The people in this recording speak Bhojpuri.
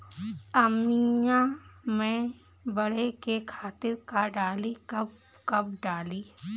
आमिया मैं बढ़े के खातिर का डाली कब कब डाली?